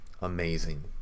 amazing